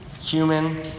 human